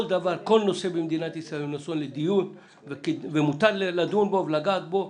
כל נושא במדינת ישראל הוא נושא לדיון ומותר לדון ולגעת בו,